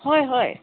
হয় হয়